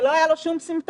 לא היו לא שום סימפטומים.